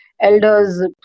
elders